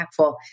impactful